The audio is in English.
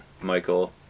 Michael